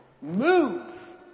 move